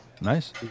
Nice